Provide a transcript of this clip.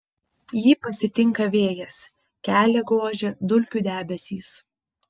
jį pasitinka vėjas kelią gožia dulkių debesys